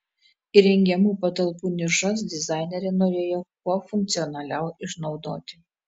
įrengiamų patalpų nišas dizainerė norėjo kuo funkcionaliau išnaudoti